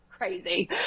Crazy